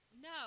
no